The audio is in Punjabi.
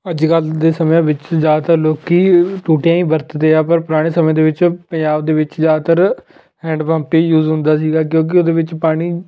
ਅੱਜ ਕੱਲ੍ਹ ਦੇ ਸਮਿਆਂ ਵਿੱਚ ਜ਼ਿਆਦਾਤਰ ਲੋਕ ਟੁੱਟੀਆਂ ਹੀ ਵਰਤਦੇ ਆ ਪਰ ਪੁਰਾਣੇ ਸਮੇਂ ਦੇ ਵਿੱਚ ਪੰਜਾਬ ਦੇ ਵਿੱਚ ਜ਼ਿਆਦਾਤਰ ਹੈਂਡ ਪੰਪ ਹੀ ਯੂਸ ਹੁੰਦਾ ਸੀਗਾ ਕਿਉਂਕਿ ਉਹਦੇ ਵਿੱਚ ਪਾਣੀ